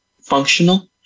functional